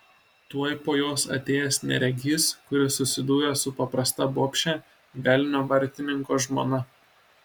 tuoj po jos atėjęs neregys kuris susidūrė su paprasta bobše velnio vartininko žmona